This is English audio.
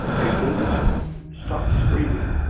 they then stop screaming,